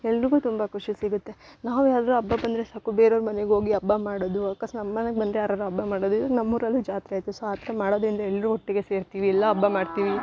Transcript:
ಎಲ್ಲರಿಗು ತುಂಬ ಖುಷಿ ಸಿಗುತ್ತೆ ನಾವು ಯಾವುದಾದ್ರು ಹಬ್ಬ ಬಂದರೆ ಸಾಕು ಬೇರೆಯವ್ರ ಮನೆಗ್ ಹೋಗಿ ಹಬ್ಬ ಮಾಡೋದು ಅಕಸ್ಮಾತ್ ನಮ್ಮ ಮನೆಗೆ ಬಂದರೆ ಯಾರಾರು ಹಬ್ಬ ಮಾಡೋದಿದ್ರೆ ನಮ್ಮೂರಲ್ಲು ಜಾತ್ರೆ ಐತೆ ಸೊ ಅದ್ಕೆ ಮಾಡೋದ್ರಿಂದ ಎಲ್ಲರು ಒಟ್ಟಿಗೆ ಸೇರ್ತೀವಿ ಎಲ್ಲ ಹಬ್ಬ ಮಾಡ್ತಿವಿ